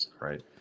right